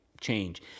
change